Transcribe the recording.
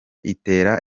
itera